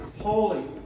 holy